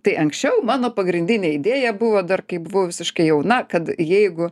tai anksčiau mano pagrindinė idėja buvo dar kai buvau visiškai jauna kad jeigu